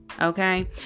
Okay